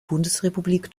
bundesrepublik